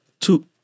Two